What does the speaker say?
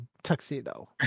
Tuxedo